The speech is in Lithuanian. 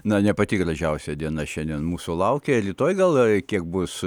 na ne pati gražiausia diena šiandien mūsų laukia rytoj gal kiek bus